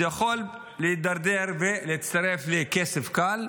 זה יכול להידרדר לכסף קל,